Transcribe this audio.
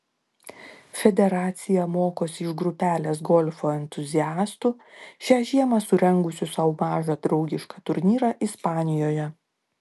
federacija mokosi iš grupelės golfo entuziastų šią žiemą surengusių sau mažą draugišką turnyrą ispanijoje